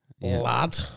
lad